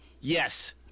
Yes